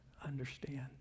understand